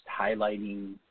highlighting